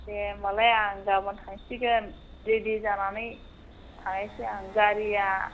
दे होनबालाय आं गाबोन थांसिगोन रेडि जानानै थांनायसै आं गारिआ